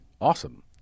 awesome